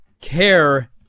care